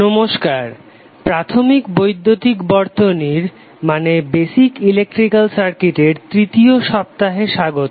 নমস্কার প্রাথমিক বৈদ্যুতিক বর্তনীর তৃতীয় সপ্তাহে স্বাগত